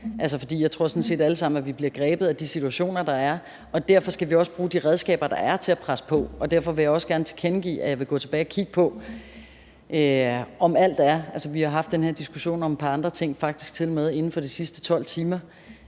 Ja. For jeg tror sådan set, at vi alle sammen bliver grebet af de situationer, der er, og derfor skal vi også bruge de redskaber, der er, til at presse på. Og derfor vil jeg også gerne tilkendegive, at jeg vil gå tilbage og kigge på det – vi har haft den her diskussion om et par andre ting faktisk tilmed inden for de sidste 12 timer,